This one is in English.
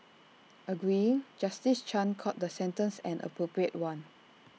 agreeing justice chan called the sentence an appropriate one